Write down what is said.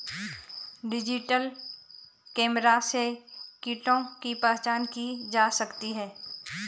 digital camera से कीटों की पहचान की जा सकती है